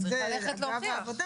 אם זו פגיעה בעבודה